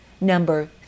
number